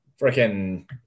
freaking